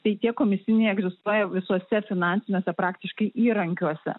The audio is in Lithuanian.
tai tie komisiniai egzistuoja visuose finansiniuose praktiškai įrankiuose